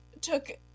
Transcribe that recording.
took